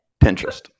Pinterest